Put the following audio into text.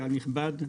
קהל נכבד,